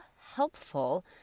helpful